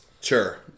Sure